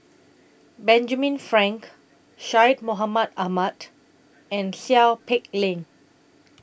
Benjamin Frank Syed Mohamed Ahmed and Seow Peck Leng